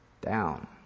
down